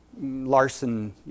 Larson